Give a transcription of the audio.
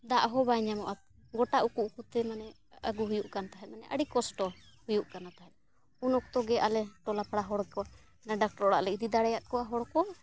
ᱫᱟᱜ ᱦᱚᱸ ᱵᱟᱭ ᱧᱟᱢᱚᱜᱼᱟ ᱜᱚᱴᱟ ᱩᱠᱩ ᱩᱠᱩᱛᱮ ᱢᱟᱱᱮ ᱟᱹᱜᱩ ᱦᱩᱭᱩᱜ ᱠᱟᱱ ᱛᱟᱦᱮᱱ ᱢᱟᱱᱮ ᱟᱹᱰᱤ ᱠᱚᱥᱴᱚ ᱦᱩᱭᱩᱜ ᱠᱟᱱᱟ ᱛᱟᱦᱮᱱ ᱩᱱ ᱚᱠᱛᱚᱜᱮ ᱟᱞᱮ ᱴᱚᱞᱟᱯᱟᱲᱟ ᱦᱚᱲ ᱠᱚ ᱚᱱᱮ ᱰᱟᱠᱴᱚᱨ ᱚᱲᱟᱜ ᱞᱮ ᱤᱫᱤ ᱫᱟᱲᱮᱭᱟᱫ ᱠᱚᱣᱟ ᱦᱚᱲᱠᱚ